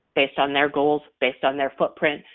based on their goals, based on their footprint,